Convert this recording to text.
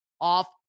off